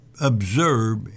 observe